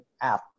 app